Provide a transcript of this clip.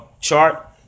chart